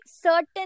certain